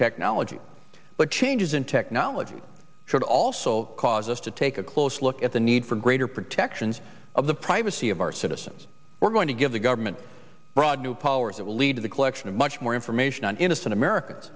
technology but changes in technology should also cause us to take a close look at the need for greater protections of the privacy of our citizens we're going to give the government broad new powers that will lead to the collection of much more information on innocent america